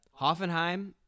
Hoffenheim